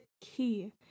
key